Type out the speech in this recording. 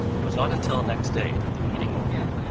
it was not until next day that the meeting opened.